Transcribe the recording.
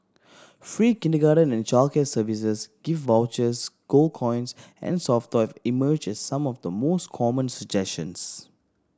free kindergarten and childcare services gift vouchers gold coins and soft toy emerged as some of the more common suggestions